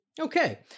Okay